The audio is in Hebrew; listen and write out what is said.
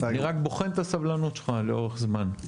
אני רק בוחן את הסבלנות שלך לאורך זמן.